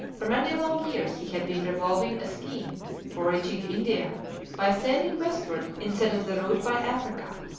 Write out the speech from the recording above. for many long years he had been revolving a scheme for reaching india by sailing westward instead of the route by africa.